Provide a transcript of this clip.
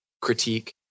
critique